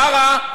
מה רע?